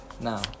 Now